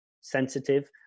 sensitive